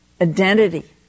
identity